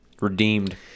redeemed